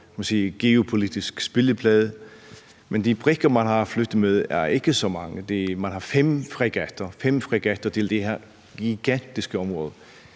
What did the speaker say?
geopolitisk spilleplade, men de brikker, man har at flytte med, er ikke så mange. Man har fem fregatter til det her gigantiske område,